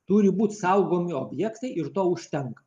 turi būt saugomi objektai ir to užtenka